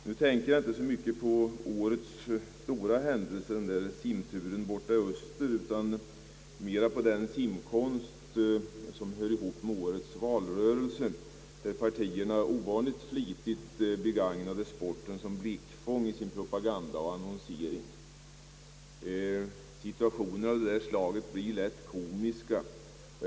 Nu tänker jag inte så mycket på årets stora händelse, den där simturen borta i öster, utan mera på den simkonst som hör ihop med årets valrörelse, där partierna ovanligt flitigt begagnat sporten som blickfång för sin propaganda och sin annonsering. Situationer av detta slag blir lätt komiska.